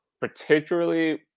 particularly